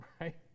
Right